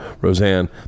Roseanne